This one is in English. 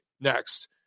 next